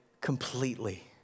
completely